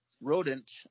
rodent